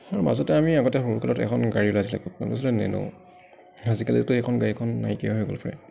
আৰু মাজতে আমি আগতে সৰুকালত এখন গাড়ী ওলাইছিলে সেইখন আছিলে নেন' আজিকালিতো এইখন গাড়ীখন নাইকিয়া হৈ গ'ল চাগে